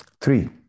Three